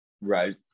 right